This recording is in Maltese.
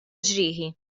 ġrieħi